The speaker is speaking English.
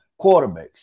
quarterbacks